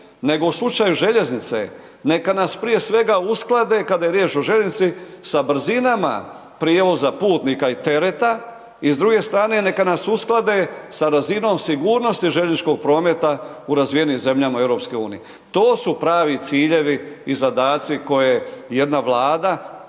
nego u slučaju željeznice neka nas prije svega usklade kada je riječ o željeznici sa brzinama prijevoza putnika i tereta i s druge strane neka nas usklade sa razinom sigurnosti željezničkog prometa u razvijenim zemljama EU. To su pravi ciljevi i zadaci koje jedna Vlada